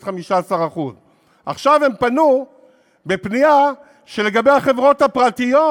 15%. עכשיו הם פנו בבקשה שלגבי החברות הפרטיות,